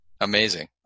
Amazing